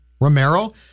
Romero